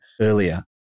earlier